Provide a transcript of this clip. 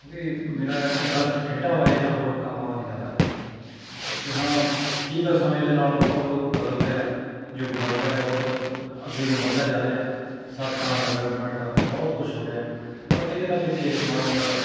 ਕਿਉਂਕਿ ਮੇਰਾ ਇੰਟਰਸਟ ਖੇਡਾਂ ਬਾਰੇ ਜਾਂ ਹੋਰ ਕੰਮਾਂ ਬਾਰੇ ਜ਼ਿਆਦਾ ਹੈ ਅਤੇ ਹਾਂ ਠੀਕ ਆ ਸਮੇਂ ਦੇ ਨਾਲ ਬਹੁਤ ਬਹੁਤ ਬਦਲ ਰਿਹਾ ਯੁੱਗ ਬਦਲ ਰਿਹਾ ਬਹੁਤ ਅੱਗੇ ਨੂੰ ਵੱਧਦਾ ਜਾ ਰਿਹਾ ਸੜਕਾਂ ਡਿਵੈਲਪਮੈਂਟ ਬਹੁਤ ਕੁਛ ਹੋ ਰਿਹਾ ਪਰ ਕਿਤੇ ਨਾ ਕਿਤੇ ਮਾੜਾ ਮੋਟਾ